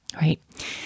Right